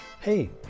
Hey